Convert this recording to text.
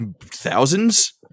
thousands